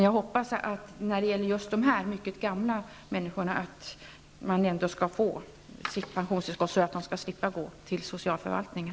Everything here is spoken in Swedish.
Jag hoppas ändå att just dessa mycket gamla människor skall få sitt pensionstillskott så att de slipper gå till socialförvaltningen.